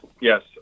Yes